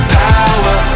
power